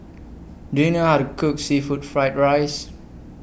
Do YOU know How to Cook Seafood Fried Rice